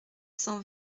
cent